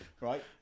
Right